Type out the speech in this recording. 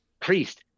priest